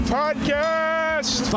podcast